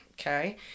Okay